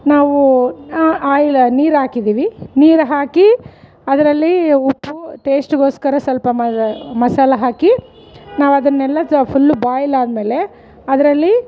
ನಾವು ಆಯ್ಲ್ ನೀರಾಕಿದೀವಿ ನೀರು ಹಾಕಿ ಅದರಲ್ಲಿ ಉಪ್ಪು ಟೇಸ್ಟ್ಗೋಸ್ಕರ ಸ್ವಲ್ಪ ಮಸಾಲ ಹಾಕಿ ನಾವು ಅದನ್ನೆಲ್ಲ ಜಾ ಫುಲ್ಲು ಬಾಯ್ಲ್ ಆದಮೇಲೆ ಅದರಲ್ಲಿ